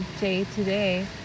day-to-day